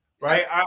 Right